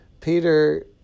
peter